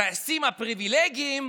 הטייסים הפריבילגים,